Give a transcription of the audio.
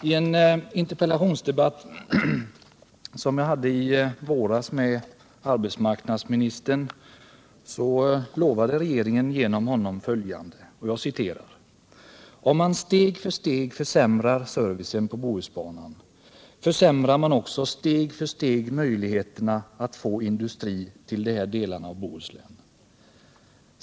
I en interpellationsdebatt i våras med arbetsmarknadsministern gav regeringen genom honom följande löfte: ”Om man steg för steg försämrar servicen på Bohusbanan, försämrar man också steg för steg möjligheterna att få industri till de här delarna av Bohuslän.